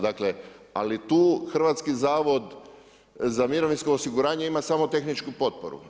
Dakle, ali tu Hrvatski zavod za mirovinsko osiguranje ima samo tehničku potporu.